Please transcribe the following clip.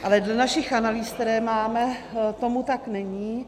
Ale dle našich analýz, které máme, tomu tak není.